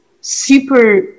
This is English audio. super